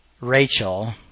Rachel